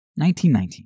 1919